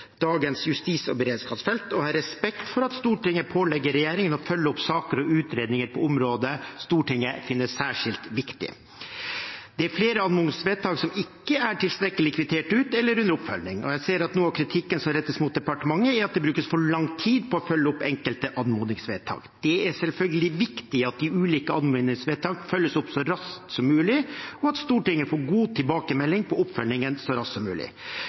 dagens justis- og beredskapsfelt, og jeg har respekt for at Stortinget pålegger regjeringen å følge opp saker og utredninger på områder Stortinget finner særskilt viktig. Det er flere anmodningsvedtak som ikke er tilstrekkelig kvittert ut eller under oppfølging, og jeg ser at noe av kritikken som rettes mot departementet, er at det brukes for lang tid på å følge opp enkelte anmodningsvedtak. Det er selvfølgelig viktig at de ulike anmodningsvedtakene følges opp så raskt som mulig, og at Stortinget får god tilbakemelding på oppfølgingen så raskt som mulig.